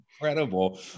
incredible